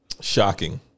Shocking